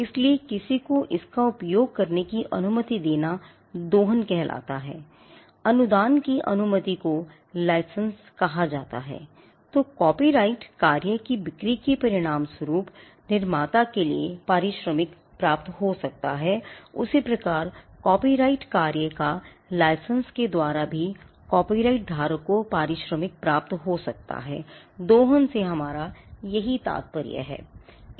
इसलिए किसी को इसका उपयोग करने की अनुमति देना दोहन से हमारा यही तात्पर्य है